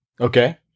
Okay